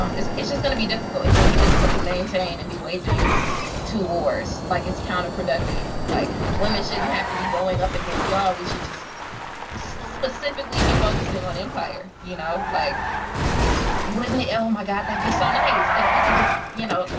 um it's it's just gonna be difficult. it's gonna be difficult to maintain and be waging two wars. like, it's counterproductive. like women shouldn't have to be going up against y'all. we should just specifically be focusing on empire. you know? like wouldn't it oh my god. that would be so nice. if we could just you know,